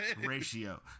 ratio